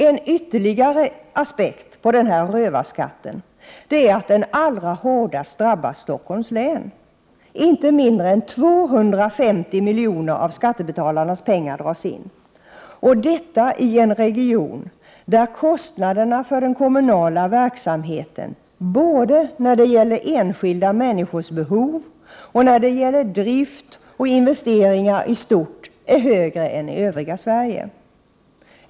En ytterligare aspekt på denna rövarskatt är att den allra hårdast drabbar Stockholms län. Inte mindre än 250 miljoner av skattebetalarnas pengar dras in — och detta i en region där de kommunala kostnaderna för den kommunala verksamheten, både när det gäller enskilda människors behov och när det gäller drift och investeringar i stort, är högre än i det övriga Sverige.